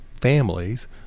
families